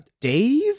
Dave